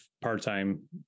part-time